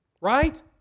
right